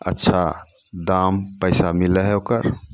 अच्छा दाम पैसा मिलैत हइ ओकर